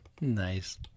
Nice